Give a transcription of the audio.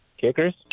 Kickers